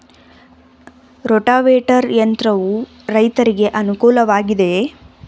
Rotavator ಯಂತ್ರವು ರೈತರಿಗೆ ಅನುಕೂಲ ವಾಗಿದೆಯೇ?